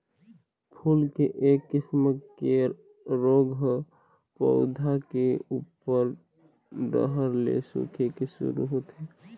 फूल के एक किसम के रोग ह पउधा के उप्पर डहर ले सूखे के शुरू होथे